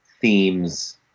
themes